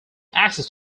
access